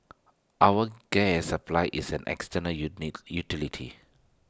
our gas supply is an utility